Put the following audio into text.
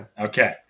Okay